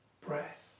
Breath